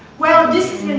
well, this